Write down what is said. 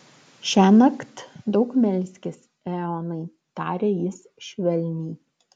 šiąnakt daug melskis eonai tarė jis švelniai